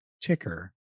Ticker